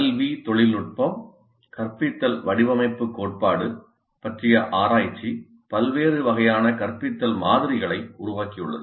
கல்வி தொழில்நுட்பம் கற்பித்தல் வடிவமைப்பு கோட்பாடு பற்றிய ஆராய்ச்சி பல்வேறு வகையான கற்பித்தல் மாதிரிகளை உருவாக்கியுள்ளது